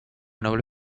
noble